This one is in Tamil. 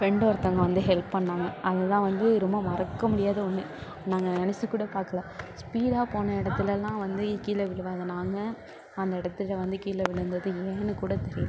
ஃப்ரெண்டு ஒருத்தங்க வந்து ஹெல்ப் பண்ணாங்க அதுதான் வந்து ரொம்ப மறக்க முடியாத ஒன்று நாங்கள் நெனைச்சி கூட பார்க்கல ஸ்பீடாக போன இடத்துலலாம் வந்து கீழே விழுவாத நாங்கள் அந்த இடத்துல வந்து கீழே விழுந்தது ஏன்னு கூட தெரியலை